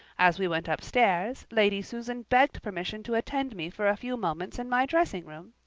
as we went upstairs lady susan begged permission to attend me for a few moments in my dressing-room,